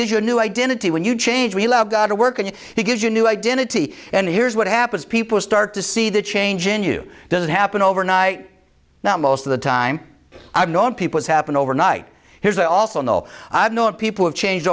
gives you a new identity when you change we allow god to work and he gives you a new identity and here's what happens people start to see the change in you doesn't happen overnight now most of the time i've known people as happened overnight here's i also know i've known people have changed